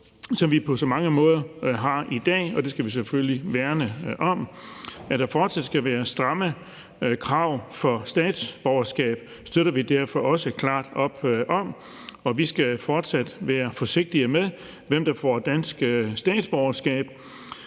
som vi på så mange måder har i dag, og det skal vi selvfølgelig værne om. At der fortsat skal være stramme krav for at opnå statsborgerskab, støtter vi derfor også klart op om. Vi skal fortsat være forsigtige med, hvem der får dansk statsborgerskab,